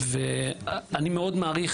אני מאוד מעריך